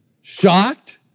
shocked